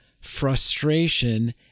frustration